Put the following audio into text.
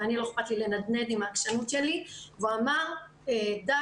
ולי לא אכפת לנדנד עם העקשנות שלי והוא אמר 'די,